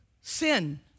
sin